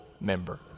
member